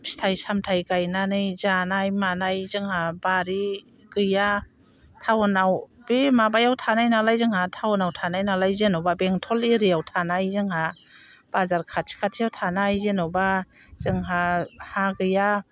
फिथाइ सामथाय गायनानै जानाय मानाय जोंहा बारि गैया टाउनाव बे माबायाव थानाय नालाय जोंहा टाउनाव थानाय नालाय जेनेबा बेंटल एरियायाव थानाय जोंहा बाजार खाथि खाथियाव थानाय जेनेबा जोंहा हा गैया